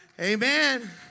Amen